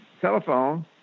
telephone